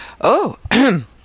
Oh